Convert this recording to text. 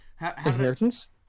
Inheritance